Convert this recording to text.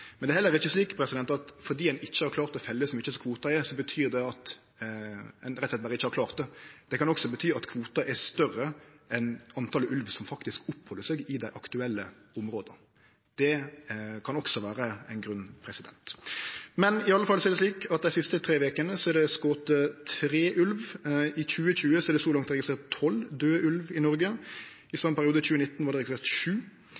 Men det er heller ikkje slik at det at ein ikkje har klart å felle så mykje som kvoten er, betyr at ein rett og slett berre ikkje har klart det. Det kan også bety at kvoten er større enn talet på ulv som faktisk oppheld seg i dei aktuelle områda. Det kan også vere ein grunn. Men i alle fall er det slik at det dei siste tre vekene er skote tre ulvar. I 2020 er det så langt registrert tolv døde ulvar i Noreg. I same periode i 2019 var det registrert sju.